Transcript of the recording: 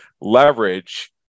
leverage